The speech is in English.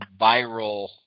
viral